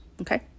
Okay